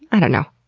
i don't know.